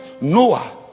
Noah